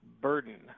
burden